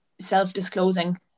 self-disclosing